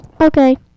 Okay